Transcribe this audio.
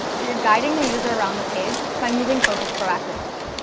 that you're guiding the user around the page by moving focus proactively.